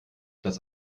das